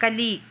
ಕಲಿ